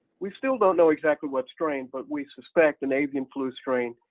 we still don't know exactly what strain but we suspect an avian flu strain,